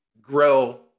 grow